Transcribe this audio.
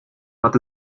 hat